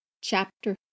Chapter